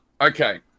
Okay